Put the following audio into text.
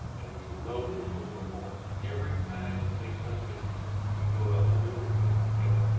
and we load them a little more. every time they come in we go up a little bit and the